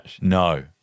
No